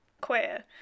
queer